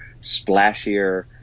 splashier